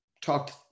talked